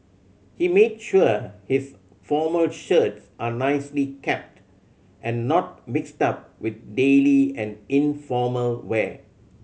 he made sure his formal shirts are nicely kept and not mixed up with daily and informal wear